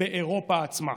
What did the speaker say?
באירופה עצמה.